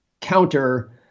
counter